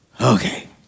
Okay